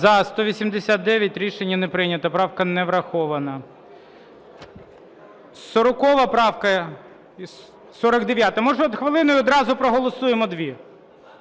За-189 Рішення не прийнято. Правка не врахована. 40 правка, 49-а. Може, хвилину - і одразу проголосуємо дві?